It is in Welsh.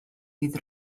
bydd